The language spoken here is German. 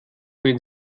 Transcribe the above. wenn